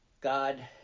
god